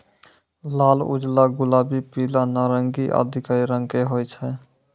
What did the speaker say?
लाल, उजला, गुलाबी, पीला, नारंगी आदि कई रंग के होय छै